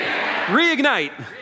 Reignite